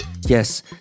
Yes